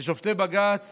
שופטי בג"ץ